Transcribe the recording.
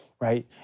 right